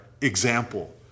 example